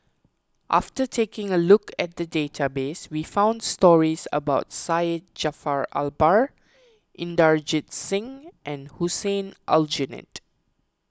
after taking a look at the database we found stories about Syed Jaafar Albar Inderjit Singh and Hussein Aljunied